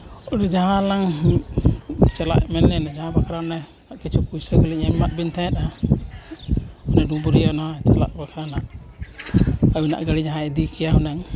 ᱚᱱᱮ ᱡᱟᱦᱟᱸ ᱞᱟᱝ ᱪᱟᱞᱟᱜ ᱢᱮᱱ ᱞᱮᱫ ᱞᱮ ᱡᱟᱦᱟᱸ ᱵᱟᱠᱷᱨᱟ ᱚᱱᱮ ᱠᱤᱪᱷᱩ ᱯᱩᱭᱥᱟᱹ ᱠᱚᱞᱤᱧ ᱮᱢᱟᱫ ᱵᱮᱱ ᱛᱟᱦᱮᱸᱫᱼᱟ ᱚᱱᱟ ᱰᱩᱢᱩᱨᱤᱭᱟᱹ ᱚᱱᱟ ᱪᱟᱞᱟᱜ ᱵᱟᱠᱷᱨᱟ ᱦᱟᱸᱜ ᱟᱹᱵᱤᱱᱟᱜ ᱜᱟᱹᱰᱤ ᱡᱟᱦᱟᱸᱭ ᱤᱫᱤ ᱠᱮᱭᱟ ᱦᱩᱱᱟᱹᱝ